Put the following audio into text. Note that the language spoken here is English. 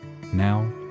Now